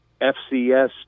FCS